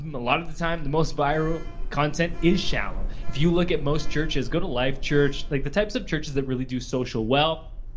um a lot of the time, the most viral content is shallow. if you look at most churches, go to life church, like the types of churches that really do social well,